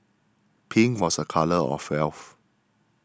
pink was a colour of health